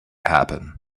happen